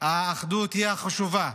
האחדות היא החשובה,